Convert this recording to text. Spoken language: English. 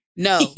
No